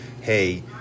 hey